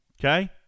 Okay